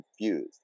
confused